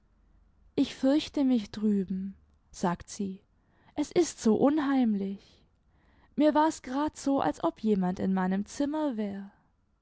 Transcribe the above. ich fürchte mich drüben sagt sie es ist so imheimlichl mir war's grad so als ob jemand in meinem zimmer war